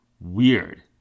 weird